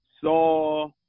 Saw